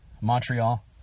Montreal